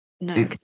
No